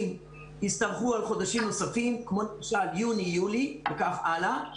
ישתרכו על חודשים נוספים כמו יוני ויולי וכך הלאה.